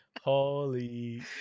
Holy